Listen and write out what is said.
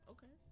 Okay